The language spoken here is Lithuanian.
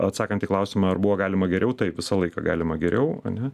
atsakant į klausimą ar buvo galima geriau taip visą laiką galima geriau ane